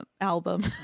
album